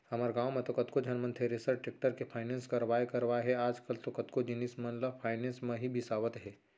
हमर गॉंव म तो कतको झन मन थेरेसर, टेक्टर के फायनेंस करवाय करवाय हे आजकल तो कतको जिनिस मन ल फायनेंस म ही बिसावत हें